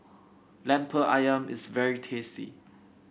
lemper ayam is very tasty